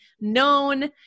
known